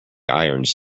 irons